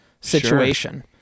situation